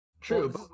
True